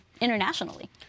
internationally